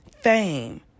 Fame